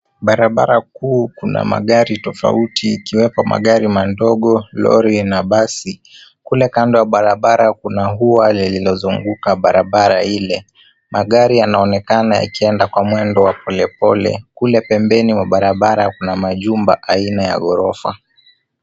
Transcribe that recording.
Barabara kuu kuna magari tofauti ikiwepo magari madogo, lori na basi. Kule kando ya barabara kuna ua lililozunguka barabara ile. Magari yanaonekana yakienda kwa mwendo wa polepole. Kule pembeni wa barabara kuna majumba aina ya ghorofa.